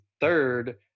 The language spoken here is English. third